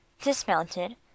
dismounted